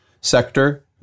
sector